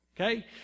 okay